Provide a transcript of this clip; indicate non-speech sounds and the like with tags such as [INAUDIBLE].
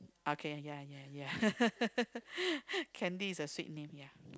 okay ya ya ya [LAUGHS] Candy is a sweet name yeah